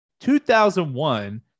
2001